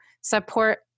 support